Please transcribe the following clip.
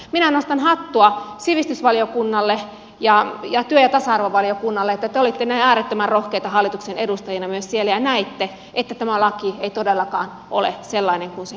minä nostan hattua sivistysvaliokunnalle ja työ ja tasa arvovaliokunnalle että te olitte näin äärettömän rohkeita hallituksen edustajina myös siellä ja näitte että tämä laki ei todellakaan ole sellainen kuin sen kuuluisi olla